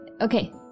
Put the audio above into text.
Okay